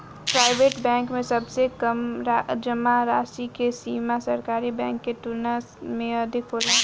private bank में सबसे कम जामा राशि के सीमा सरकारी बैंक के तुलना में अधिक होला